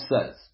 says